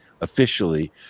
officially